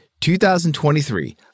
2023